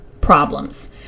problems